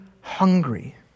hungry